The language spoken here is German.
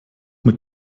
mit